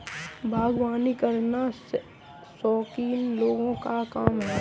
बागवानी करना शौकीन लोगों का काम है